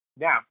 Now